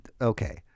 okay